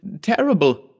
terrible